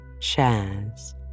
chairs